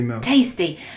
Tasty